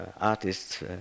artists